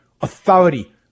authority